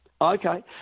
Okay